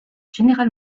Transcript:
general